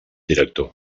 director